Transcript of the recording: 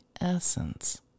essence